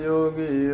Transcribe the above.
Yogi